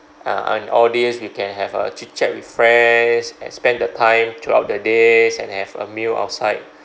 ah and all days you can have a chit-chat with friends and spend the time throughout the day and have a meal outside